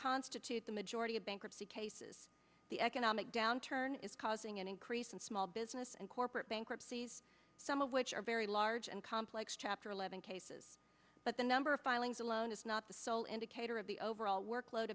constitute the majority of bankruptcy cases the economic downturn is causing an increase in small business and corporate bankruptcy some of which are very large and complex chapter eleven cases but the number of filings alone is not the sole indicator of the overall workload